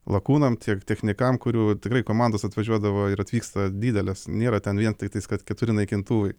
lakūnam tiek technikam kurių tikrai komandos atvažiuodavo ir atvyksta didelės nėra ten vien tik tais kad keturi naikintuvai